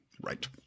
Right